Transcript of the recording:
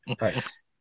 Nice